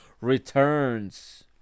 returns